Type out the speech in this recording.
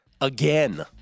again